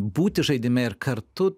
būti žaidime ir kartu